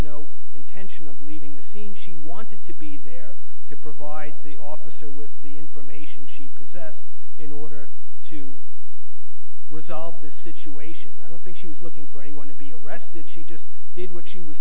no intention of leaving the scene she wanted to be there to provide the officer with the information she possessed in order to resolve this situation i don't think she was looking for anyone to be arrested she just did what she was